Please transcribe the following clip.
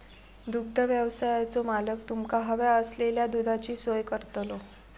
दुग्धव्यवसायाचो मालक तुमका हव्या असलेल्या दुधाची सोय करतलो